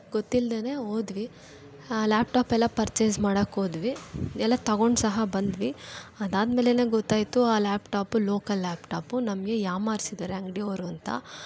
ಗೊತ್ತಿಲ್ಲದೇ ಹೋದ್ವಿ laptop ಎಲ್ಲ ಪರ್ಚೇಸ್ ಮಾಡೋಕೋದ್ವಿ ಎಲ್ಲ ತಗೊಂಡು ಸಹ ಬಂದ್ವಿ ಅದಾದ ಮೇಲೆಯೇ ಗೊತ್ತಾಯಿತು ಆ laptop local laptop ನಮಗೆ ಯಾಮಾರಿಸಿದ್ದಾರೆ ಅಂಗಡಿಯವ್ರು ಅಂತ